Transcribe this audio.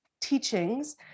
teachings